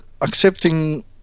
accepting